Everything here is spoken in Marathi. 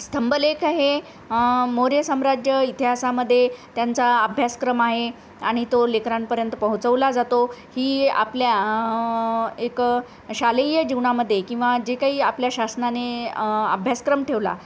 स्तंभलेख हे मौर्य साम्राज्य इतिहासामध्ये त्यांचा अभ्यासक्रम आहे आणि तो लेकरांपर्यंत पोहोचवला जातो ही आपल्या एक शालेय जीवनामध्ये किंवा जे काही आपल्या शासनाने अभ्यासक्रम ठेवला